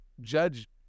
judge